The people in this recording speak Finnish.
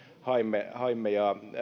haimme haimme